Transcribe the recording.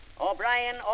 O'Brien